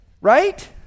Right